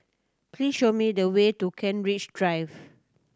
please show me the way to Kent Ridge Drive